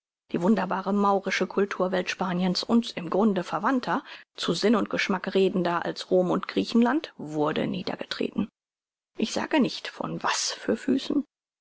die wunderbare maurische cultur welt spaniens uns im grunde verwandter zu sinn und geschmack redender als rom und griechenland wurde niedergetreten ich sage nicht von was für füßen